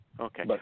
Okay